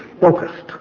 focused